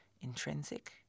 intrinsic